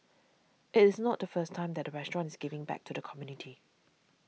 it is not the first time that restaurant is giving back to the community